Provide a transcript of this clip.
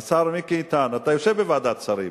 השר מיקי איתן, אתה יושב בוועדת שרים,